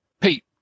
Pete